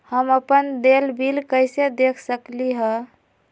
हम अपन देल बिल कैसे देख सकली ह?